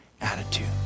attitude